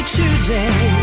today